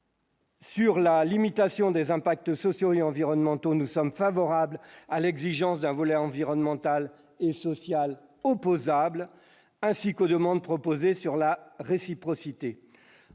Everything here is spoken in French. Sur la limitation des impact sociaux et environnementaux, nous sommes favorables à l'exigence d'un volet environnemental et social opposable ainsi qu'aux demandes sur la réciprocité,